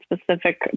specific